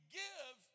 give